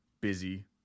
busy